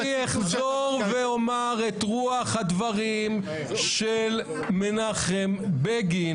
אני אחזור ואומר את רוח הדברים של מנחם בגין,